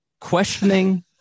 questioning